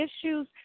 issues